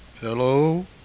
Hello